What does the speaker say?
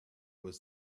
was